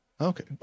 Okay